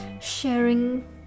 sharing